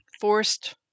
forced